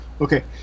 Okay